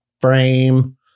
frame